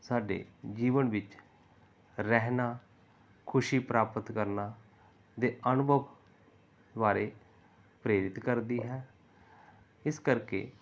ਸਾਡੇ ਜੀਵਨ ਵਿੱਚ ਰਹਿਣਾ ਖੁਸ਼ੀ ਪ੍ਰਾਪਤ ਕਰਨਾ ਦੇ ਅਨੁਭਵ ਬਾਰੇ ਪ੍ਰੇਰਿਤ ਕਰਦੀ ਹੈ ਇਸ ਕਰਕੇ